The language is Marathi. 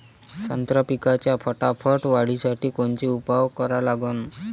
संत्रा पिकाच्या फटाफट वाढीसाठी कोनचे उपाव करा लागन?